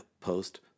post